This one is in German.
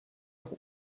auch